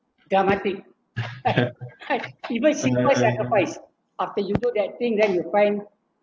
dramatic even simple sacrifice after you do that thing then you find